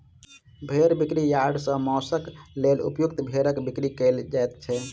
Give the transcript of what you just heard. भेंड़ बिक्री यार्ड सॅ मौंसक लेल उपयुक्त भेंड़क बिक्री कयल जाइत छै